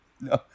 No